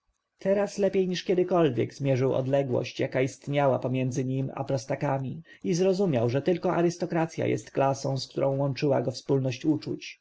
teraz lepiej niż kiedykolwiek zmierzył odległość jaka istniała pomiędzy nim a prostakami i zrozumiał że tylko arystokracja jest klasą z którą łączy go wspólność uczuć